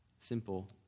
simple